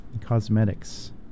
cosmetics